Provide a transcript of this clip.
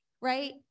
right